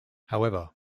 however